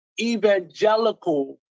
evangelical